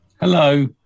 Hello